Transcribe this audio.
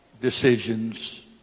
decisions